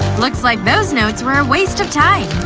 looks like those notes were a waste of time.